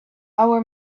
our